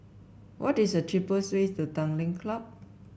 what is the cheapest way to Tanglin Club